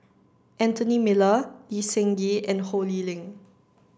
Anthony Miller Lee Seng Gee and Ho Lee Ling